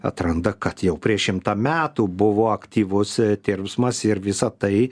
atranda kad jau prieš šimtą metų buvo aktyvus tirpsmas ir visa tai